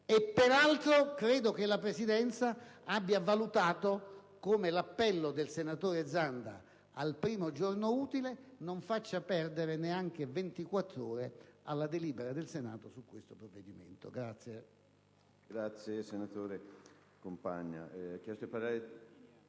Peraltro credo che la Presidenza abbia valutato come l'appello del senatore Zanda al primo giorno utile non faccia perdere neanche ventiquattro ore alla delibera del Senato su questo provvedimento.